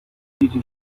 دید